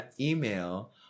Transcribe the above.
email